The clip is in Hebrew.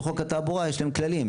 בחוק התעבורה יש להם כללים,